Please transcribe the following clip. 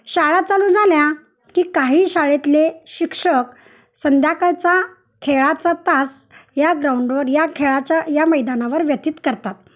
शाळा चालू झाल्या की काही शाळेतले शिक्षक संध्याकाळचा खेळाचा तास या ग्राउंडवर या खेळाच्या या मैदानावर व्यतीत करतात